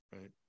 right